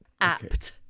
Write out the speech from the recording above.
apt